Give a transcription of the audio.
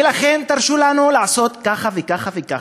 ולכן תרשו לנו לעשות ככה וככה וככה.